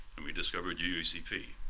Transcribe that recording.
and we discovered uacp.